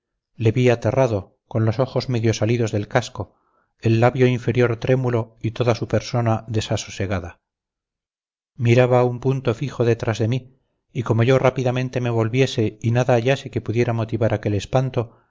le vi aterrado con los ojos medio salidos del casco el labio inferior trémulo y toda su persona desasosegada miraba a un punto fijo detrás de mí y como yo rápidamente me volviese y nada hallase que pudiera motivar aquel espanto